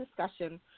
discussion